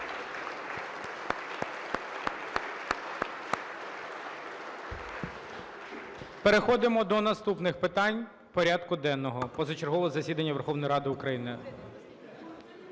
Переходимо до наступних питань порядку денного позачергового засідання Верховної Ради України.